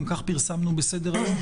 כך גם פרסמנו בסדר-היום,